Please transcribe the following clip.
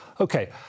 Okay